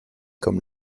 comme